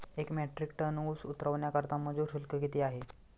एक metric ton ऊस उतरवण्याकरता मजूर शुल्क किती आहे?